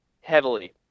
heavily